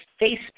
Facebook